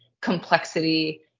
complexity